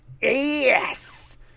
yes